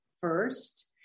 first